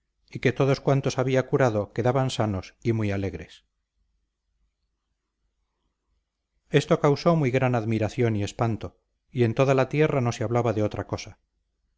y que todos cuantos había curado quedaban sanos y muy alegres esto causó muy gran admiración y espanto y en toda la tierra no se hablaba en otra cosa